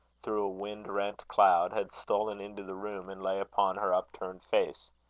through a wind-rent cloud, had stolen into the room, and lay upon her upturned face.